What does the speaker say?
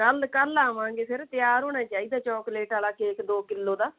ਕੱਲ੍ਹ ਕੱਲ੍ਹ ਆਵਾਂਗੇ ਫਿਰ ਤਿਆਰ ਹੋਣਾ ਚਾਹੀਦਾ ਚੋਕਲੇਟ ਵਾਲਾ ਕੇਕ ਦੋ ਕਿਲੋ ਦਾ